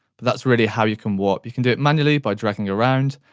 but that's really how you can warp. you can do it manually, by dragging around.